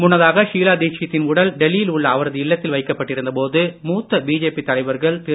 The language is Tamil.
முன்னதாக ஷீலா தீட்சித்தின் உடல் டெல்லியில் உள்ள அவரது இல்லத்தில் வைக்கப்பட்டிருந்த போது மூத்த பிஜேபி தலைவர்கள் திரு